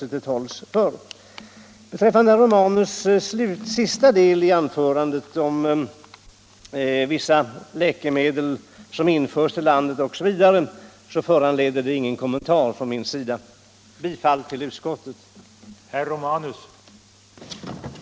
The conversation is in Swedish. Den sista delen av herr Romanus anförande, som handlade om införsel av vissa läkemedel i landet, föranleder ingen kommentar från min sida. Jag yrkar bifall till utskottets förslag.